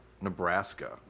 Nebraska